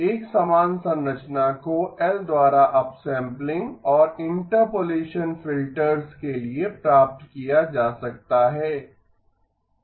एक समान संरचना को L द्वारा अपसम्पलिंग और इंटरपोलेशन फिल्टर्स के लिए प्राप्त किया जा सकता है